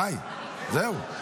די, זהו.